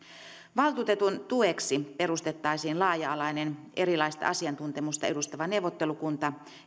valtuutetun tueksi perustettaisiin laaja alainen monenlaista asiantuntemusta edustava neuvottelukunta